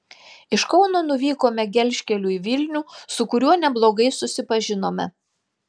iš kauno nuvykome gelžkeliu į vilnių su kuriuo neblogai susipažinome